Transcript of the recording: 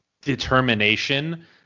determination